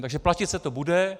Takže platit se to bude.